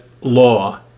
law